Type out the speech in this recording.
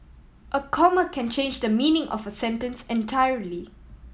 a comma can change the meaning of a sentence entirely